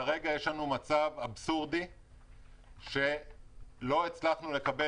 כרגע יש לנו מצב אבסורדי שלא הצלחנו לקבל